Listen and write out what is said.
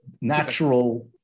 natural